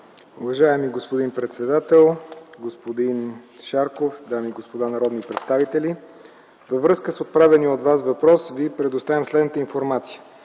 Уважаеми господин председател, господин Шарков, дами и господа народни представители! Във връзка с отправения от Вас въпрос Ви предоставям следната информация: